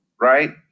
Right